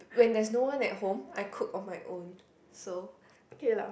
when there's no one at home I cook on my own so